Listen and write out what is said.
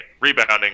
rebounding